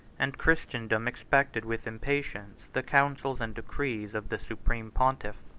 and christendom expected with impatience the counsels and decrees of the supreme pontiff.